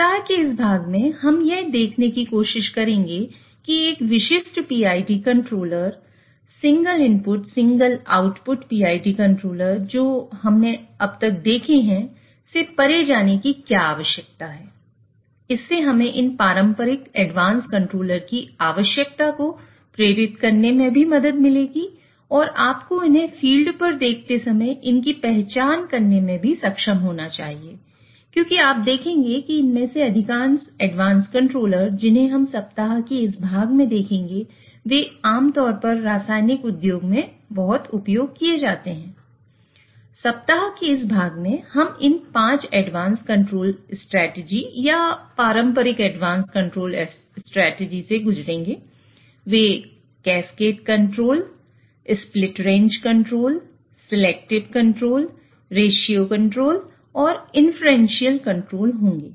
सप्ताह के इस भाग में हम यह देखने की कोशिश करेंगे कि एक विशिष्ट PID कंट्रोलर जिन्हें हम सप्ताह के इस भाग में देखेंगे वे आम तौर पर रासायनिक उद्योग में बहुत उपयोग किए जाते हैं सप्ताह के इस भाग में हम इन 5 एडवांस कंट्रोल स्ट्रेटजी होंगे